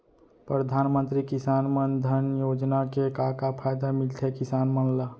परधानमंतरी किसान मन धन योजना के का का फायदा मिलथे किसान मन ला?